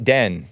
Den